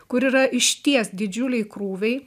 kur yra išties didžiuliai krūviai